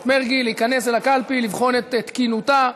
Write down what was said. מרגי להיכנס אל הקלפי ולבחון את תקינותה.